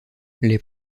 les